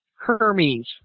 Hermes